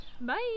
Bye